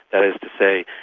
that is to say,